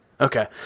Okay